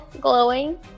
glowing